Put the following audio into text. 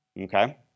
Okay